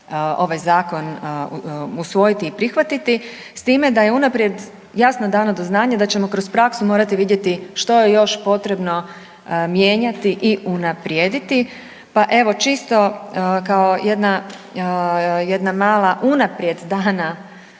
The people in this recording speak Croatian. ovaj zakon usvojiti i prihvatiti s time da je unaprijed jasno dano do znanja da ćemo kroz praksu morati vidjeti što je još potrebno mijenjati i unaprijediti. Pa evo čisto kao jedna, jedna mala unaprijed dana